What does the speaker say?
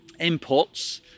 inputs